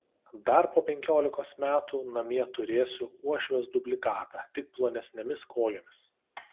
dar po penkiolikos metų namie turėsiu uošvės dublikatą tik plonesnėmis kojomis